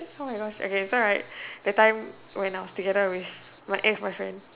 oh my god okay so like that time when I was together with my ex boyfriend